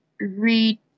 read